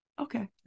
Okay